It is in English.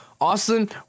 austin